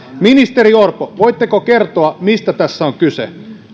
ministeri orpo voitteko kertoa mistä tässä on kyse